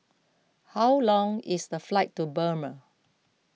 how long is the flight to Burma